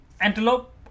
Antelope